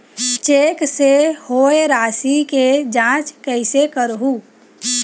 Cheque से होए राशि के जांच कइसे करहु?